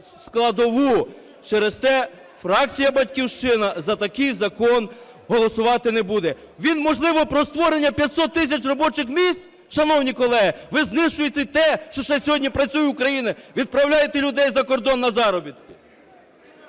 складову. Через те фракція "Батьківщина" за такий закон голосувати не буде. Він можливо про створення 500 тисяч робочих місць!? Шановні колеги, ви знищуєте те, що ще сьогодні працює в Україні, відправляєте людей за кордон на заробітки.